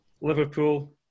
Liverpool